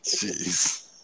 jeez